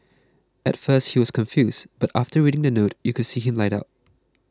at first he was confused but after reading the note you could see him light up